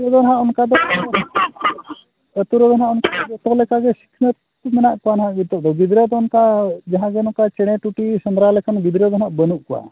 ᱟᱵᱚ ᱫᱚ ᱦᱟᱜ ᱚᱱᱠᱟ ᱫᱚ ᱟᱛᱳᱨᱮ ᱫᱚ ᱱᱟᱦᱟᱜ ᱡᱚᱛᱚ ᱞᱮᱠᱟᱜᱮ ᱥᱤᱠᱷᱱᱟᱹᱛ ᱢᱮᱱᱟᱜ ᱠᱚᱣᱟ ᱦᱟᱜ ᱱᱤᱛᱳᱜ ᱫᱚ ᱜᱤᱫᱽᱨᱟᱹ ᱫᱚ ᱚᱱᱠᱟ ᱡᱟᱦᱟᱸ ᱜᱮ ᱱᱚᱝᱠᱟ ᱪᱮᱬᱮ ᱴᱩᱴᱤ ᱥᱮᱸᱫᱽᱨᱟ ᱞᱮᱠᱟᱱ ᱜᱤᱫᱽᱨᱟᱹ ᱫᱚ ᱦᱟᱜ ᱵᱟᱹᱱᱩᱜ ᱠᱚᱣᱟ